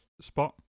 spot